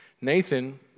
Nathan